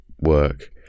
work